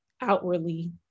outwardly